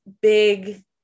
big